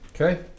Okay